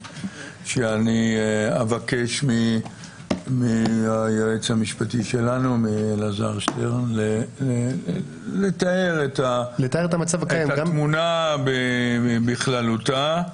שאני אבקש מהיועץ המשפטי שלנו מאלעזר שטרן לתאר את התמונה בכללותה.